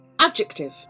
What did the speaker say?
Adjective